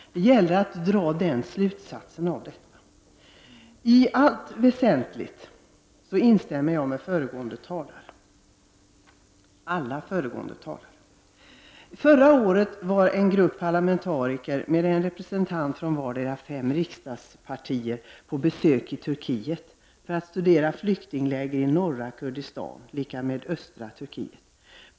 Det gäller att dra de rätta slutsatserna av detta. I allt väsentligt instämmer jag med alla föregående talare. Förra året var en grupp parlamentariker med en representant för vartdera av fem riksdagspartier på besök i Turkiet för att studera flyktingläger i norra Kurdistan, dvs. i östra Turkiet.